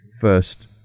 first